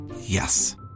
Yes